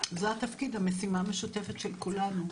זה התפקיד, המשימה המשותפת של כולנו.